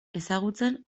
ezagutzen